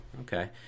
Okay